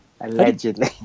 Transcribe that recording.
Allegedly